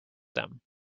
them